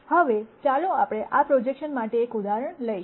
હવે ચાલો આપણે આ પ્રોજેક્શન માટે એક ઉદાહરણ કરીશું